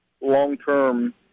long-term